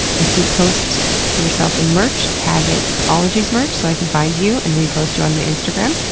if you post yourself in merch, tag it ologiesmerch so i can find you and repost you on my instagram.